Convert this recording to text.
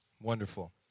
Wonderful